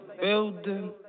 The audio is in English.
building